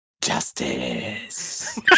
justice